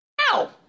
Ow